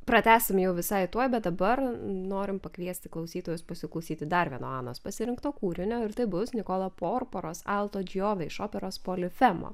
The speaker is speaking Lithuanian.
pratęsim jau visai tuoj bet dabar norim pakviesti klausytojus pasiklausyti dar vieno anos pasirinkto kūrinio ir tai bus nikolo porporos alto džiove iš operos polifemo